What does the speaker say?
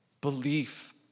Belief